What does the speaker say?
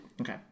Okay